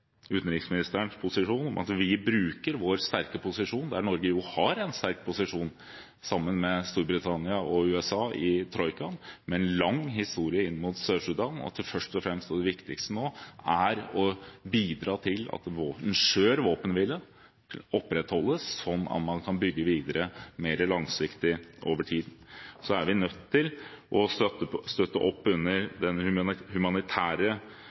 utenriksministerens posisjon, at vi bruker vår sterke posisjon – der Norge jo har en sterk posisjon, sammen med Storbritannia og USA, i troikaen, med en lang historie inn mot Sør-Sudan – og at det viktigste nå først og fremst er å bidra til at en skjør våpenhvile opprettholdes, slik at man kan bygge videre mer langsiktig, over tid. Så er vi nødt til å støtte opp under den humanitære